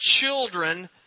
children